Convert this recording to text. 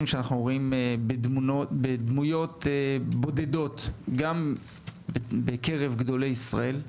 שאנחנו רואים בדמויות בודדות מקרב גדולי ישראל.